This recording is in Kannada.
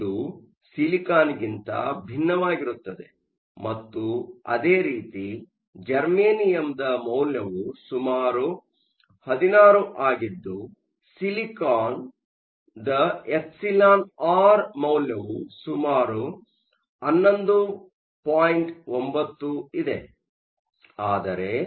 ಇದು ಸಿಲಿಕಾನ್ಗಿಂತ ಭಿನ್ನವಾಗಿರುತ್ತದೆ ಮತ್ತು ಅದೇ ರೀತಿ ಜರ್ಮೇನಿಯಂದ ಮೌಲ್ಯವು ಸುಮಾರು 16 ಆಗಿದ್ದು ಸಿಲಿಕಾನ್ ದ εr ಮೌಲ್ಯವು ಸುಮಾರು 11